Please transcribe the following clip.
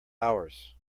hours